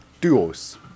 duos